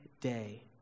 day